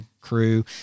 crew